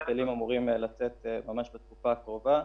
והכלים אמורים לצאת ממש בתקופה הקרובה.